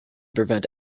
prevent